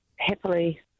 happily